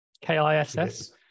k-i-s-s